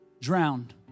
Drowned